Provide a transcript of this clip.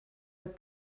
mit